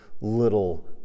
little